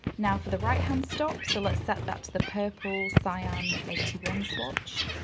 now for the right-hand stop, so let's set that to the purple cyan eighty one swatch.